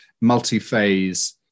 multi-phase